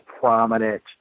prominent